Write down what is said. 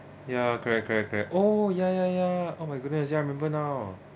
ya correct correct correct oh ya ya ya oh my goodness ya I remember now